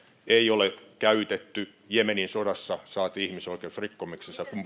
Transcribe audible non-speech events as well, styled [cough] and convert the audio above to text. ei ole käytetty jemenin sodassa saati ihmisoikeusrikkomuksissa kun [unintelligible]